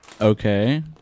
Okay